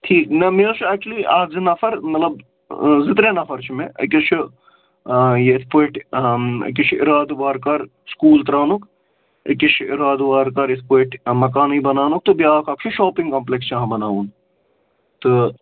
ٹھیٖک نہ مےٚ حظ چھُ ایٚکچُؤلی اَکھ زٕ نَفَر مطلب زٕ ترٛےٚ نَفَر چھُ مےٚ أکِس چھُ یہِ اِتھ پٲٹھۍ أکِس چھُ اِرادٕ وارکار سکوٗل ترٛاونُک أکِس چھُ اِرادٕ وارکار یِتھ پٲٹھۍ مَکانٕے بَناونُک تہٕ بیٛاکھ اَکھ چھُ شاپِنٛگ کَمپٕلیکٕس چاہَان بَناوُن تہٕ